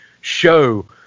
show